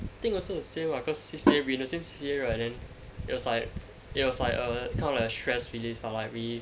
I think also same lah cause C_C_A we in the same C_C_A right then it was like it was like a kind of like a stress relief uh like we